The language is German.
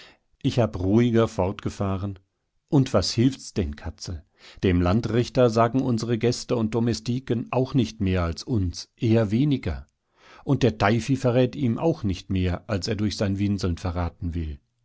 ich habe ruhiger fortgefahren und was hilft's denn katzel dem landrichter sagen unsere gäste und domestiken auch nicht mehr als uns eher weniger und der teifi verrät ihm auch nicht mehr als er durch sein winseln verraten will